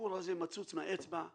הסיפור הזה מצוץ מהאצבע.